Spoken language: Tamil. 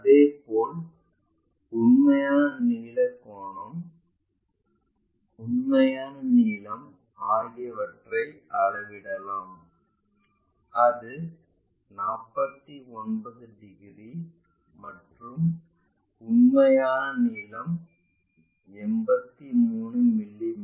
அதேபோல் உண்மையான நீள கோணம் உண்மையான நீளம் ஆகியவற்றை அளவிடலாம் அது 49 டிகிரி மற்றும் உண்மையான நீளம் 83 மிமீ